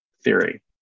theory